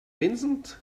vincent